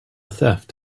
theft